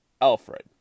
Alfred